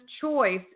choice